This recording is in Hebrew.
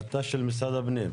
החלטה של משרד הפנים?